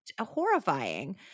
horrifying